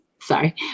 sorry